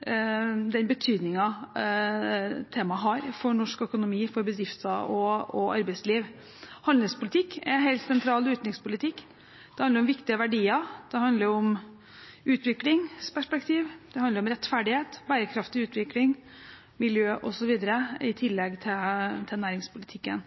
den betydningen det har for norsk økonomi, bedrifter og arbeidsliv. Handelspolitikk er helt sentral utenrikspolitikk. Det handler om viktige verdier, det handler om utviklingsperspektiv, det handler om rettferdighet, bærekraftig utvikling, miljø osv., i tillegg til næringspolitikken.